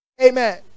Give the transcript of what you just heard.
Amen